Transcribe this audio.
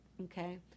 Okay